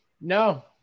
no